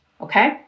okay